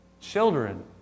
Children